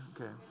Okay